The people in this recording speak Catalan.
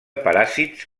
paràsits